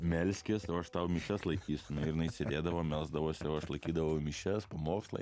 melskis o aš tau mišias laikysiu nu ir jinai sėdėdavo melsdavosi o aš laikydavau mišias pamokslą